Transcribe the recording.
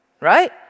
Right